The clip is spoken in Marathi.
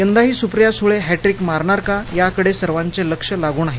यंदाही सुप्रिया सुळे हॉट्रीक मारणार का याकडे सर्वांचे लक्ष लागून आहे